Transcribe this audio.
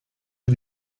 bir